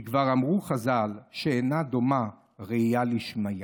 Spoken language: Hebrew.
כי כבר אמרו חז"ל שאינה דומה ראייה לשמיעה.